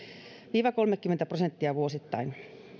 viiva kolmekymmentä prosenttia vuosittain